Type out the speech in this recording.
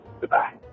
Goodbye